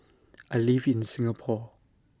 I live in Singapore